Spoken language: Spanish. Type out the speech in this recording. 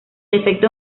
efecto